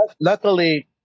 luckily